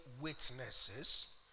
witnesses